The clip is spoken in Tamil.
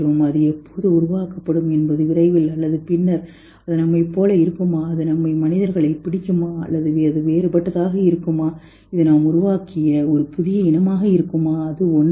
அது எப்போது உருவாக்கப்படும் என்பது விரைவில் அல்லது பின்னர் அது நம்மைப் போல இருக்குமா அது நம்மை மனிதர்களைப் பிடிக்குமா அல்லது அது வேறுபட்டதாக இருக்குமா இது நாம் உருவாக்கிய ஒரு புதிய இனமாக இருக்குமா அது ஒன்றா